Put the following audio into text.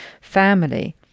family